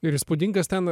ir įspūdingas ten